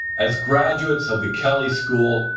as graduates of the kelley school,